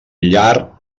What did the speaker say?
llar